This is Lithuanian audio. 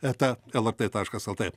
eta lrt taškas lt